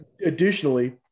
additionally